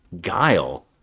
guile